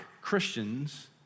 Christians